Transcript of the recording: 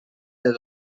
del